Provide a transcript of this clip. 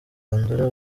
bandora